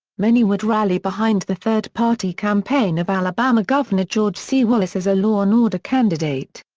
many would rally behind the third-party campaign of alabama governor george c. wallace as a law and order candidate.